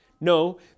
No